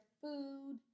food